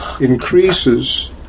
increases